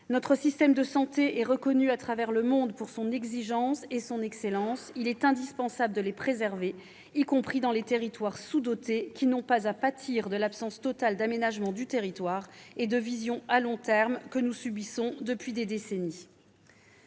Notre système de santé est reconnu à travers le monde pour son exigence et son excellence. Il est indispensable de les préserver, y compris dans les territoires sous-dotés, qui n'ont pas à pâtir de l'absence totale d'aménagement du territoire et de vision à long terme que nous subissons depuis des décennies.